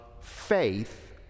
faith